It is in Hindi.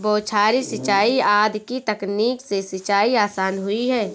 बौछारी सिंचाई आदि की तकनीक से सिंचाई आसान हुई है